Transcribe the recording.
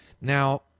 now